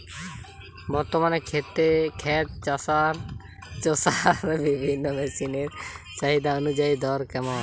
বর্তমানে ক্ষেত চষার বিভিন্ন মেশিন এর চাহিদা অনুযায়ী দর কেমন?